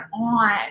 on